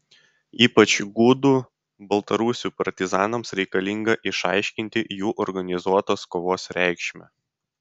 ypač gudų baltarusių partizanams reikalinga išaiškinti jų organizuotos kovos reikšmę